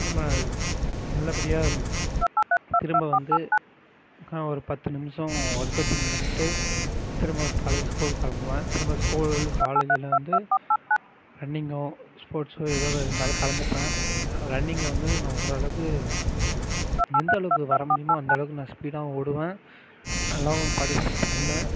திரும்ப நல்லபடியாக திரும்ப வந்து ஒரு பத்து நிமிஷம் ஒர்க்கவுட்டிங் பண்ணிட்டு திரும்ப காலேஜ் ஸ்கூல் கிளம்புவேன் திரும்ப ஸ்கூல் காலேஜில் வந்து ரன்னிங்கோ ஸ்போர்ட்ஸோ எதாவது இருந்தாலும் கலந்துப்பேன் ரன்னிங்கில் வந்து நான் ஓரளவுக்கு எந்தளவுக்கு வரமுடியுமோ அந்தளவுக்கு நான் ஸ்பீடாகவும் ஓடுவேன் நல்லாவும் படிப் பண்ணிணேன்